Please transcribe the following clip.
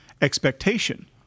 expectation